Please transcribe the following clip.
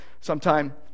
sometime